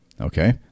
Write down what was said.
okay